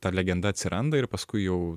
ta legenda atsiranda ir paskui jau